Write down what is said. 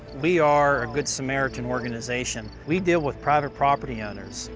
we are a good samaritan organization. we deal with private property owners,